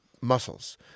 muscles